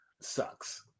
sucks